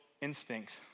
instincts